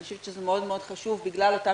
אני חושבת שזה מאוד-מאוד חשוב בגלל אותה